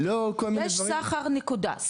יש סחר נקודה,